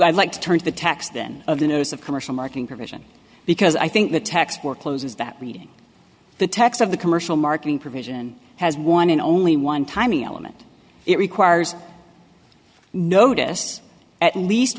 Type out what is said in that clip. i'd like to turn to the tax then of the notice of commercial marking provision because i think the text forecloses that reading the text of the commercial marking provision has one and only one time element it requires notice at least